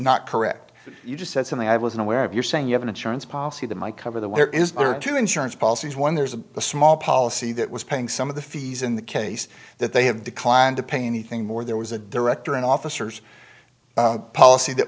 not correct you just said something i was unaware of you're saying you have an insurance policy that my cover that there is two insurance policies one there's a small policy that was paying some of the fees in the case that they have declined to pay anything more there was a director and officers policy that